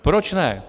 Proč ne?